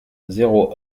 zéro